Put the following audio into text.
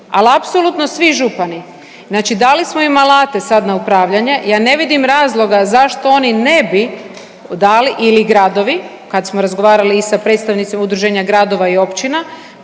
al apsolutno svi župani, znači dali smo im alate sad na upravljanje, ja ne vidim razloga zašto oni ne bi dali ili gradovi, kad smo razgovarali i sa predstavnicima udruženja gradova i općina,